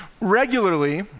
Regularly